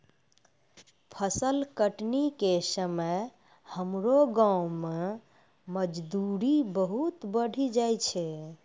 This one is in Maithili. फसल कटनी के समय हमरो गांव मॅ मजदूरी बहुत बढ़ी जाय छै